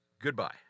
goodbye